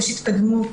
ויש התקדמות